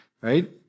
right